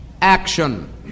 action